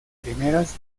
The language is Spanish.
primeras